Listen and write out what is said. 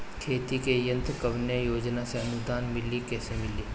खेती के यंत्र कवने योजना से अनुदान मिली कैसे मिली?